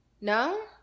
no